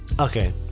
Okay